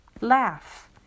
laugh